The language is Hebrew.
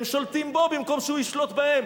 הם שולטים בו במקום שהוא ישלוט בהם.